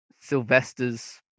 Sylvester's